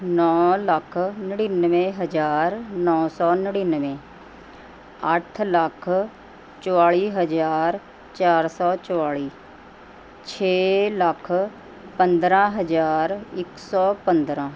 ਨੌ ਲੱਖ ਨੜਿਨਵੇਂ ਹਜ਼ਾਰ ਨੌ ਸੌ ਨੜਿਨਵੇਂ ਅੱਠ ਲੱਖ ਚੁਤਾਲ਼ੀ ਹਜ਼ਾਰ ਚਾਰ ਸੌ ਚੁਤਾਲ਼ੀ ਛੇ ਲੱਖ ਪੰਦਰਾਂ ਹਜ਼ਾਰ ਇੱਕ ਸੌ ਪੰਦਰਾਂ